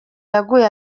yaguye